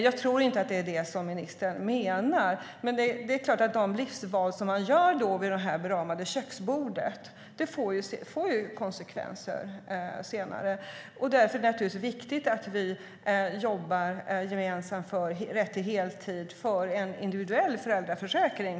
Jag tror inte att det är vad ministern menar, men det är klart att de livsval man gör vid det beramade köksbordet får konsekvenser senare. Därför är det viktigt att vi jobbar gemensamt för rätt till heltid och förstås för en individuell föräldraförsäkring.